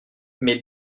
mes